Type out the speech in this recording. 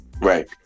Right